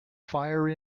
fire